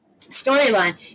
storyline